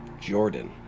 Jordan